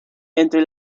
entre